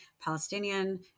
Palestinian